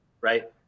right